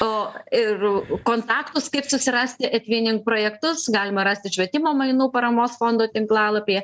o ir kontaktus kaip susirasti etvinink projektus galima rasti švietimo mainų paramos fondo tinklalapyje